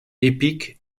épique